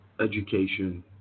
Education